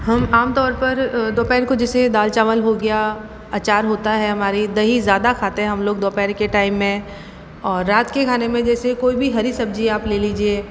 हम आम तौर पर दोपहर को जैसे दाल चावल हो गया अचार होता है हमारे दही ज़्यादा खाते हम लोग दोपहर के टाइम में और रात के खाने में जैसे कोई भी हरी सब्जी आप ले लीजिए